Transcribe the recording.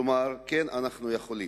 כלומר, כן, אנחנו יכולים.